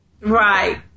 Right